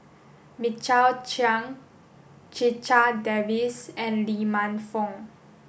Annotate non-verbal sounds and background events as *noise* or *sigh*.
*unintelligible* Chiang Checha Davies and Lee Man Fong